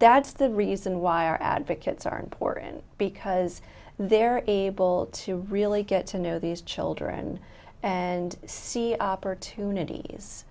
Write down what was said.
that's the reason why our advocates are important because there is able to really get to know these children and see opportunities